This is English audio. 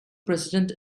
president